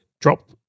drop